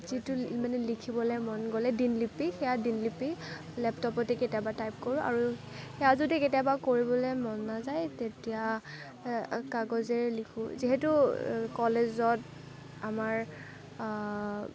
যিটো মানে লিখিবলে মন গ'লে দিনলিপি সেয়া দিনলিপি লেপটপতে কেতিয়াবা টাইপ কৰোঁ আৰু কেতিয়াবা সেয়া যদি কেতিয়াবা মন নাজায় তেতিয়া কাগজেৰে লিখোঁ যিহেতু কলেজত আমাৰ